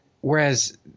whereas